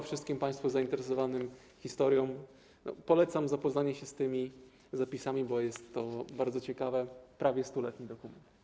Wszystkim państwu zainteresowanym historią polecam zapoznanie się z tymi zapisami, bo jest to bardzo ciekawy, prawie 100-letni dokument.